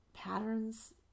patterns